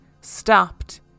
stopped